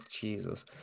Jesus